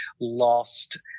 lost